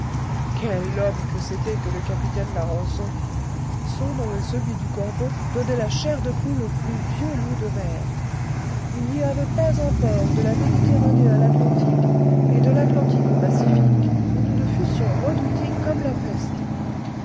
quel homme que c'était que le capitaine larençon son nom et celui du corbeau donnaient la chair de poule aux plus vieux loups de mer il n'y avait pas un port de la méditerranée à l'atlantique et de l'atlantique au pacifique où nous ne fussions redoutés comme la peste